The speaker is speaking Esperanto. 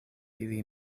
ili